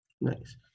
Nice